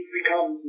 become